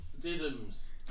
diddums